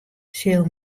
sil